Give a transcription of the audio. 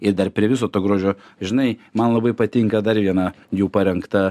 ir dar prie viso to grožio žinai man labai patinka dar viena jų parengta